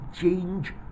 change